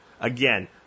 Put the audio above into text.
Again